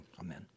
Amen